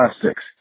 plastics